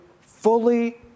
fully